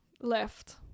left